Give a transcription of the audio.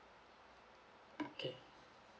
okay